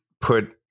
put